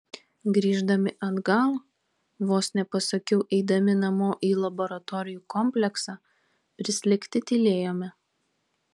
grįždami atgal vos nepasakiau eidami namo į laboratorijų kompleksą prislėgti tylėjome